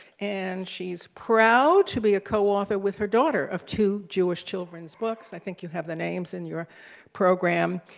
and she's proud to be a co-author with her daughter, of two jewish children's books, i think you have the names in your program,